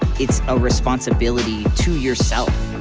it's a responsibility to yourself.